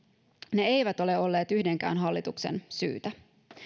ne eivät ole olleet yhdenkään hallituksen syytä